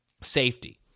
safety